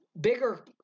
bigger